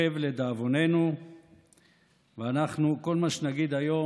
הוא חרב, לדאבוננו, וכל מה שנגיד היום